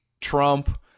Trump